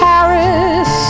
Paris